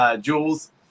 Jules